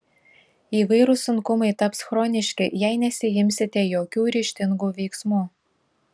įvairūs sunkumai taps chroniški jei nesiimsite jokių ryžtingų veiksmų